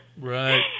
Right